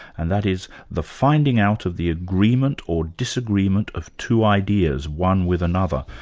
and that is the finding out of the agreement or disagreement of two ideas, one with another,